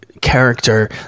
character